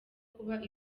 kuba